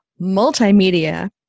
multimedia